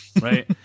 right